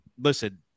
listen